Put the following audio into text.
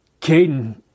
Caden